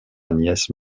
nièce